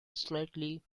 slightly